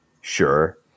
Sure